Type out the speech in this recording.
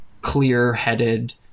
clear-headed